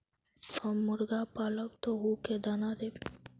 हम मुर्गा पालव तो उ के दाना देव?